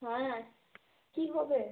হ্যাঁ কী হবে